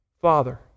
Father